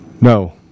No